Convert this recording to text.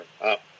up